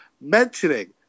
mentioning